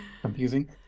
Confusing